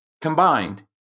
combined